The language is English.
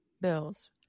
bills